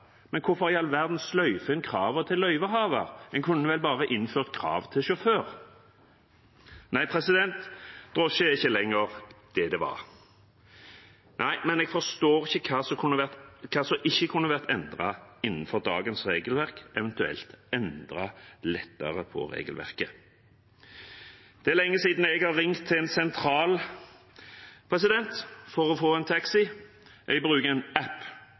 men hvorfor i all verden sløyer man kravene til løyvehaver, man kunne vel bare innført krav til sjåfør? Drosje er ikke lenger det det var, nei – men jeg forstår ikke hva som ikke kunne vært endret innenfor dagens regelverk, eventuelt endret lett på regelverket. Det er lenge siden jeg har ringt til en sentral for å få en taxi, jeg bruker en app.